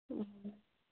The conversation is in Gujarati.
હમ હ